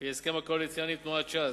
לפי ההסכם הקואליציוני עם תנועת ש"ס,